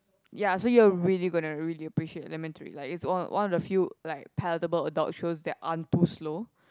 ya so you're really gonna really appreciate elementary like it's one one of the few like palatable adult shows that aren't too slow